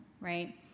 right